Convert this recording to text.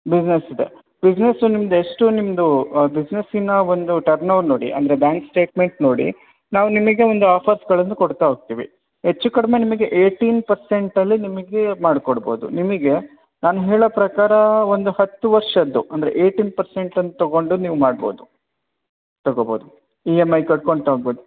business ಇದೆ business ನಿಮ್ದು ಎಷ್ಟು ನಿಮ್ಮದು ಬಿಸ್ನೆಸಿನಾ ಒಂದು ಟರ್ನ್ಒವರ್ ನೋಡಿ ಅಂದರೆ ಬ್ಯಾಂಕ್ ಸ್ಟೇಟ್ಮೆಂಟ್ ನೋಡಿ ನಾವು ನಿಮಿಗೆ ಒಂದು ಆಫರ್ಸ್ಗಳನ್ನು ಕೊಡ್ತಾ ಹೋಗ್ತೀವಿ ಹೆಚ್ಚು ಕಡಿಮೆ ನಿಮಿಗೆ ಏಟಿನ್ ಪರ್ಸೆಂಟಲ್ಲಿ ನಿಮಿಗೆ ಮಾಡಿಕೊಡ್ಬೋದು ನಿಮಿಗೆ ನಾನು ಹೇಳೋ ಪ್ರಕಾರ ಒಂದು ಹತ್ತು ವರ್ಷದ್ದು ಅಂದರೆ ಏಟಿನ್ ಪರ್ಸೆಂಟ್ ಅಂತ ತೊಗೊಂಡು ನೀವು ಮಾಡ್ಬೋದು ತಗೋಬೋದು ಇ ಎಮ್ ಐ ಕಟ್ಕೋತ ಹೋಗ್ಬೌದ್